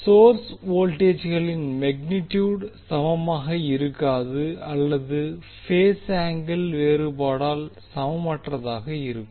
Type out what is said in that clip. source வோல்ட்டேஜ்களின் magnitude சமமாக இருக்காது அல்லது பேஸ் ஆங்கிள் வேறுபாடால் சமமற்றதாக இருக்கும்